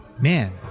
man